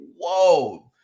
Whoa